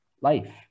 life